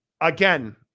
Again